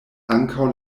ankaŭ